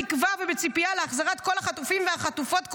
בתקווה ובציפייה להחזרת כל החטופים והחטופות כולם"